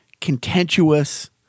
contentious